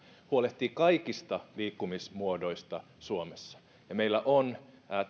huolehtii kaikista liikkumismuodoista suomessa meillä on